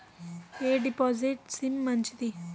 ఎ deposit scheme మంచిది?